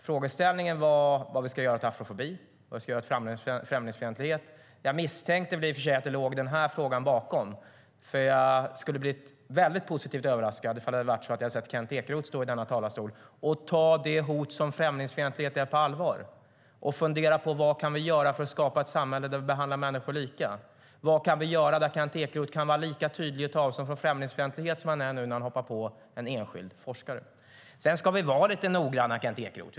Frågeställningen var vad vi ska göra åt afrofobi och vad vi ska göra åt främlingsfientlighet. Jag misstänkte i och för sig att det var denna fråga som låg bakom. Jag skulle ha blivit positivt överraskad om jag hade sett Kent Ekeroth stå i denna talarstol och ta det hot som främlingsfientlighet är på allvar. Fundera på vad vi kan göra för att skapa ett samhälle där vi behandlar människor lika! Vad kan vi göra där Kent Ekeroth kan vara lika tydlig i talarstolen om främlingsfientlighet som han är nu när han hoppar på en enskild forskare? Vi ska vara lite noggranna, Kent Ekeroth.